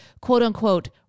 quote-unquote